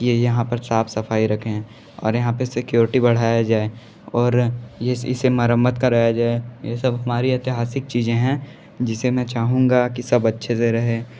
कि ये यहाँ पर साफ़ सफ़ाई रखें और यहाँ पर सिक्योरिटी बढ़ाया जाए और यह इसे मरम्मत कराया जाए ये सब हमारे ऐतिहासिक चीज़ें हैं जिसे मैं चाहूँगा कि सब अच्छे से रहे